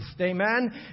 Amen